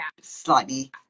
slightly